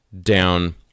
down